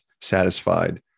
satisfied